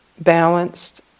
balanced